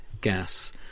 gas